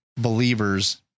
believer's